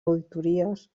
auditories